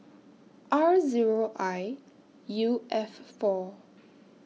R Zero I U F four